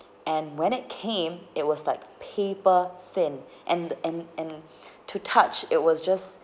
and when it came it was like paper thin and and and to touch it was just